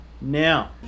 now